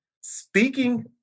speaking